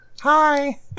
Hi